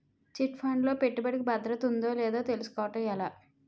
Chit fund లో పెట్టుబడికి భద్రత ఉందో లేదో తెలుసుకోవటం ఎలా?